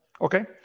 Okay